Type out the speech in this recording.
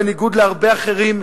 בניגוד להרבה אחרים,